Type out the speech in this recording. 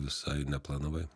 visai neplanavai